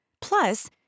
Plus